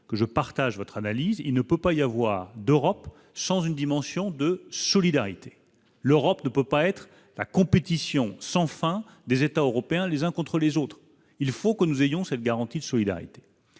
que je partage votre analyse, il ne peut pas y avoir d'Europe sans une dimension de solidarité, l'Europe ne peut pas être la compétition sans fin des États européens les uns contre les autres, il faut que nous ayons cette garantie de solidarité,